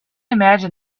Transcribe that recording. imagine